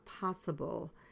possible